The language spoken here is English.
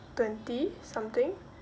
twenty something